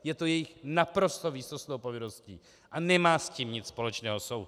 Je to jejich naprosto výsostnou povinností a nemá s tím nic společného soud.